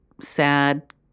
sad